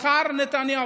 בחר בנתניהו.